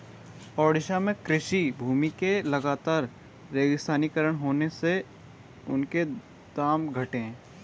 ओडिशा में कृषि भूमि के लगातर रेगिस्तानीकरण होने से उनके दाम घटे हैं